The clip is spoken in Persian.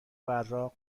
براق